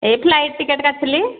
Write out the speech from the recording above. ଏଇ flight ticket କାଟିଥିଲି